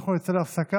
אנחנו נצא להפסקה.